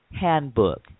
handbook